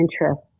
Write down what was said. interest